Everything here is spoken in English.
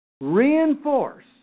reinforce